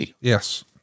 Yes